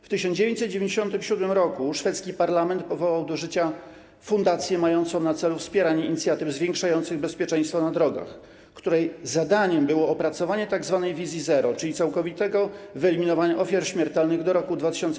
W 1997 r. szwedzki parlament powołał do życia fundację mającą na celu wspieranie inicjatyw zwiększających bezpieczeństwo na drogach, której zadaniem było opracowanie tzw. wizji zero, czyli całkowitego wyeliminowania ofiar śmiertelnych do roku 2050.